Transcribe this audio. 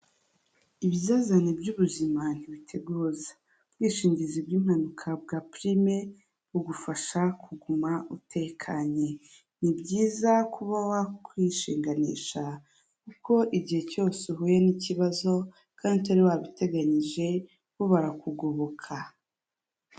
Ibizazane by'ubuzima ntibiteguza, ubwishingizi bw'mpanuka bwa pirime bugufasha kuguma utekanye, ni byiza kuba wakwishinganisha kuko igihe cyose uhuye n'ikibazo kandi utari wabiteganyije bo barakugoboka.